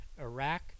Iraq